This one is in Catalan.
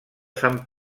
sant